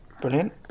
Brilliant